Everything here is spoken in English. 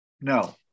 No